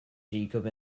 jacob